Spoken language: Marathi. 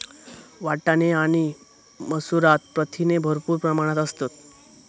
वाटाणे आणि मसूरात प्रथिने भरपूर प्रमाणात असतत